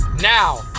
Now